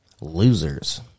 Losers